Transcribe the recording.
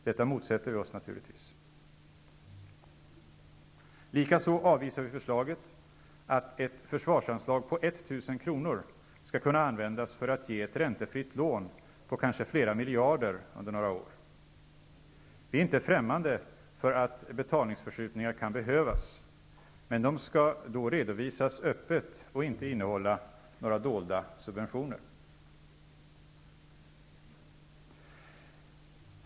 Detta motsätter vi oss naturligtvis. Likaså avvisar vi förslaget att ett förslagsanslag på 1 000 kr. skall kunna användas för att ge ett räntefritt lån på kanske flera miljarder under några år. Vi är inte främmande för att betalningsförskjutningar kan behövas, men de skall då redovisas öppet och inte innehålla några dolda subventioner.